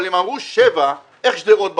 אבל אם אמרו שבע, איך שדרות בחוץ?